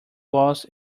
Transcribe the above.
walls